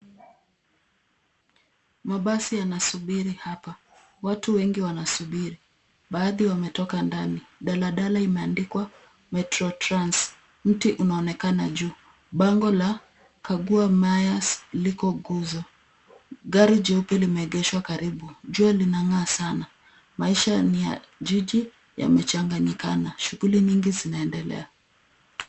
Mabasi yanasubiri hapa. Watu wengi wanasubiri. Baadhi wametoka ndani. Daladala imeandikwa metro trans. Mti unaonekana juu. Bango la kagua mayas liko guzo. Gari jeupe limeegeshwa karibu. Jua linang'aa sana. Maisha ni ya jiji, yamechanganyikana. Shughuli nyingi zinaendelea.